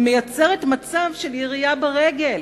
היא מייצרת מצב של ירייה ברגל,